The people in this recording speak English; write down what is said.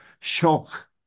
shock